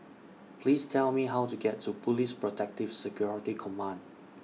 Please Tell Me How to get to Police Protective Security Command